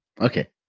Okay